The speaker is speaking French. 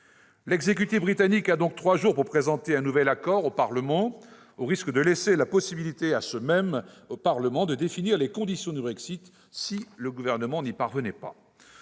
L'exécutif britannique a donc trois jours pour présenter un nouvel accord au Parlement, au risque de laisser la possibilité à ce même Parlement de définir les conditions du Brexit, si le Gouvernement n'y parvenait pas.